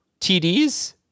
TDs